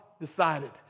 decided